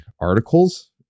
articles